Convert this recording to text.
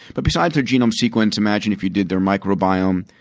but besides their genome sequence, imagine if you did their microbiome,